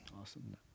Awesome